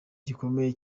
gikomeye